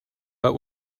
but